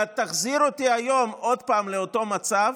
תחזיר אותי היום עוד פעם לאותו מצב,